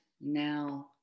now